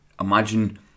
imagine